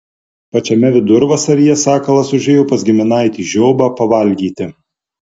pačiame vidurvasaryje sakalas užėjo pas giminaitį žiobą pavalgyti